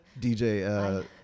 DJ